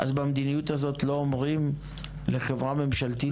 אז במדיניות הזאת לא אומרים לחברה ממשלתית,